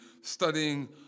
studying